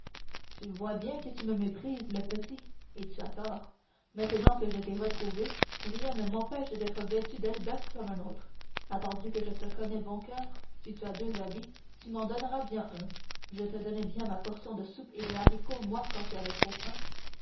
tu vois bien que tu me méprises le petit et tu as tort maintenant que je t'ai retrouvé rien ne m'empêche d'être vêtu d'elbeuf comme un autre attendu que je te connais bon coeur si tu as deux habits tu m'en donneras bien un je te donnais bien ma portion de soupe et de haricots moi quand tu avais trop faim